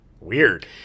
Weird